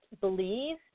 believe